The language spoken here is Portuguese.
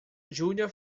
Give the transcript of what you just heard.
júlia